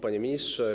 Panie Ministrze!